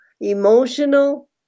emotional